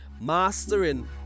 mastering